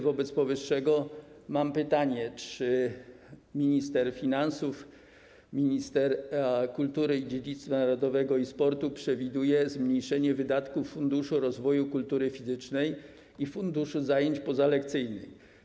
Wobec powyższego mam pytanie, czy minister finansów, minister kultury, dziedzictwa narodowego i sportu przewidują zmniejszenie wydatków Funduszy Rozwoju Kultury Fizycznej i funduszu zajęć pozalekcyjnych.